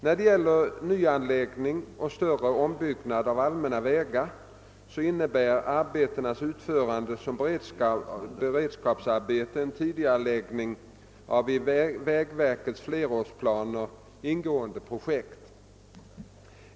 När det gäller nyanläggning och större ombyggnad av allmänna vägar innebär arbetenas utförande som beredskapsarbeten en tidigareläggning av i vägverkets flerårsplaner ingående projekt.